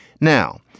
Now